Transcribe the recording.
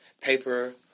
paper